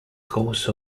course